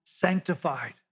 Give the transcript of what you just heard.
sanctified